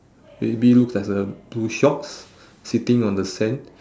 maybe looks as a blue shorts sitting on the sand